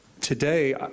Today